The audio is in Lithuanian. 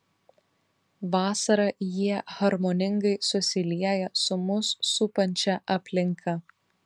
vasarą jie harmoningai susilieja su mus supančia aplinka